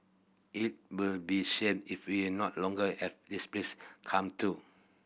it will be shame if we are not longer have this place come to